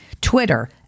Twitter